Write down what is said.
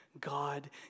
God